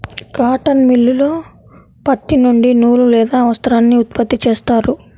cotton మిల్లులో పత్తి నుండి నూలు లేదా వస్త్రాన్ని ఉత్పత్తి చేస్తారు